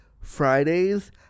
Fridays